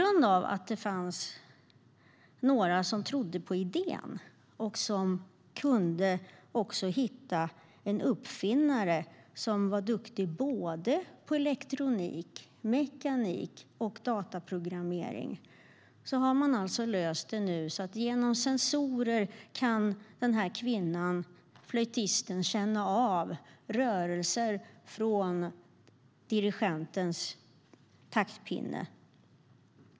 Tack vare att det fanns några som trodde på idén och som kunde hitta en uppfinnare som var duktig på elektronik, mekanik och dataprogrammering har man löst situationen så att med hjälp av sensorer kan kvinnan, flöjtisten, känna av rörelser från dirigentens taktpinne.